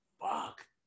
fuck